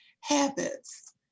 habits